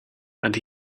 and